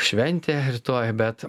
šventė rytoj bet